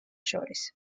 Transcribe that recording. შორის